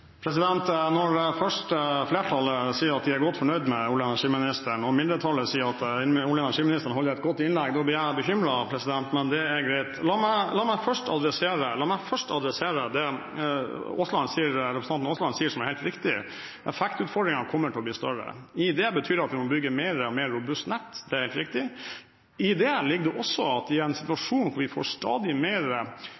Når først flertallet sier at de er godt fornøyd med olje- og energiministeren og så mindretallet sier at olje- og energiministeren holder et godt innlegg, blir jeg bekymret. Men det er greit. La meg først adressere det representanten Aasland sier, som er helt riktig: Effektutfordringene kommer til å bli større. Det betyr at vi må bygge mer og mer robust nett, det er helt riktig. I det ligger det også at i en situasjon hvor vi får stadig mer